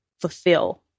fulfill